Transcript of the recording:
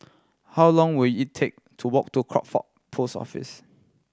how long will it take to walk to Crawford Post Office